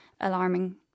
alarming